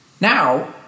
Now